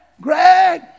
Greg